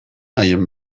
haien